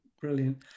brilliant